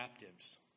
captives